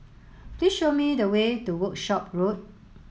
please show me the way to Workshop Road